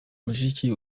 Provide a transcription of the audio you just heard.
mushiki